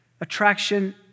attraction